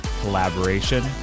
Collaboration